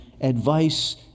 advice